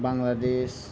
Bangladesh